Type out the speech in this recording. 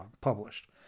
published